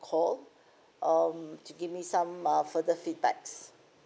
call um to give me some uh further feedbacks